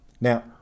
Now